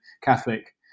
Catholic